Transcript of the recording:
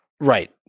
Right